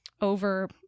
over